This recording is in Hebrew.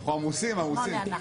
אנחנו עמוסים, עמוסים.